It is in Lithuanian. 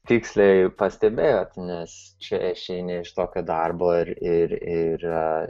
tiksliai pastebėjot nes čia išeini iš tokio darbo ir ir